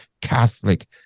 Catholic